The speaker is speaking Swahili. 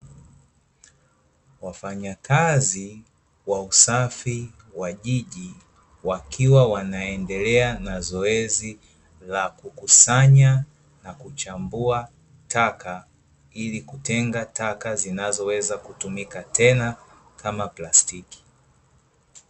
Wafanyakazi wa usafi wajiji, wakiwa wanaendelea na zoezi la kukusanya na kuchambua taka, ili kutenga taka zinazoweza kutumika tena kama plastiki.